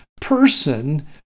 person